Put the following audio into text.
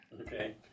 Okay